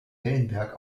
wellenberg